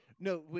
No